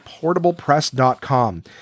portablepress.com